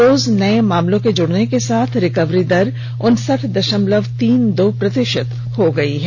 रोज नए मामलों के जुड़ने के साथ रिकवरी दर उनसठ दशमलव तीन दो प्रतिशत हो गई है